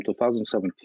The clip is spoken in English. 2017